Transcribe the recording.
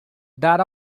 dar